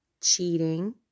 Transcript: Cheating